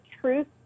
truth